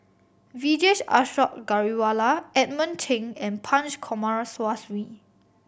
Vijesh Ashok Ghariwala Edmund Cheng and Punch Coomaraswamy